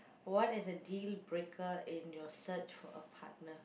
what is a dealbreaker in your search for a partner